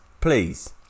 Please